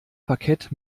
parkett